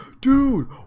dude